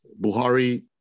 Buhari